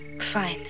fine